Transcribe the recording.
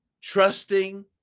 trusting